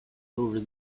over